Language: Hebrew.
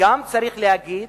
צריך גם להגיד